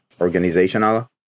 organizational